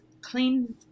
Clean